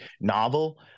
novel